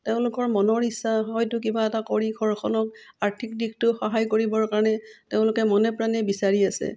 তেওঁলোকৰ মনৰ ইচ্ছা হয়তো কিবা এটা কৰি ঘৰখনক আৰ্থিক দিশটো সহায় কৰিবৰ কাৰণে তেওঁলোকে মনে প্ৰাণে বিচাৰি আছে